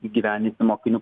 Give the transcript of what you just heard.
įgyvendinti mokinių